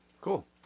cool